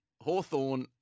Hawthorne